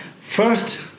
First